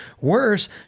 worse